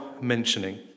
mentioning